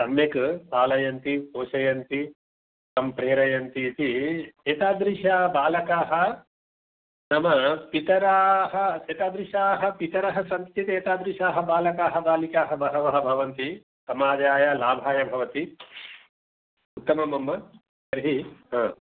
सम्यक् पालयन्ति पोषयन्ति सम्प्रेरयन्ति इति एतादृशबालकाः नाम पितरः एतादृशाः पितरः सन्ति चेत् तादृशाः बालकाः बालिकाः बहवः भवन्ति समाजाय लाभाय भवति उत्तमम् अम्मा तर्हि